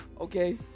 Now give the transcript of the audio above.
okay